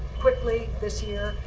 quickly, this year,